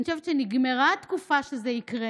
אני חושבת שנגמרה התקופה שזה יקרה.